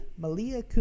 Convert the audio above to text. Malia